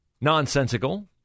nonsensical